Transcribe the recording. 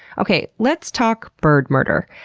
okay, let's talk bird murder.